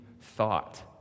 thought